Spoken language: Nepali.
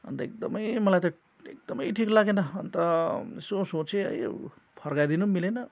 अन्त एकदमै मलाई त एकदमै ठिक लागेन अन्त यसो सोचेँ यो फर्काइदिनु पनि मिलेन